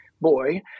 boy